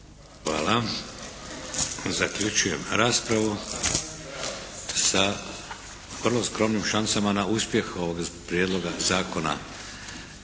Hvala. Zaključujem raspravu sa vrlo skromnim šansama na uspjeh ovog Prijedloga zakona